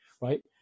Right